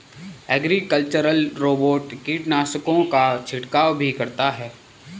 agricultural robot कीटनाशकों का छिड़काव भी करता है